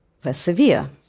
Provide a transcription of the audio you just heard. persevere